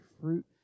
fruit